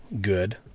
good